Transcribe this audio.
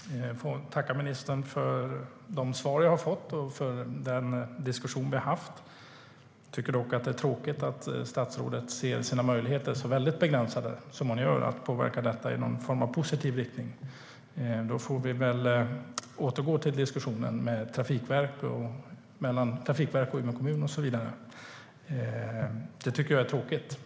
Herr talman! Jag får tacka ministern för de svar jag fått och för den diskussion vi haft. Jag tycker dock att det är tråkigt att ministern ser sina möjligheter som så väldigt begränsade när det gäller att påverka det här ärendet i någon form av positiv riktning. Vi får väl ta diskussionen med Trafikverket, Umeå kommun och så vidare. Det tycker jag är tråkigt.